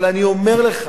אבל אני אומר לך,